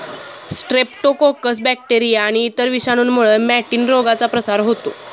Streptococcus bacteria आणि इतर विषाणूंमुळे मॅटिन रोगाचा प्रसार होतो